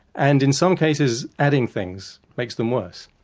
and in some cases adding things makes them worse.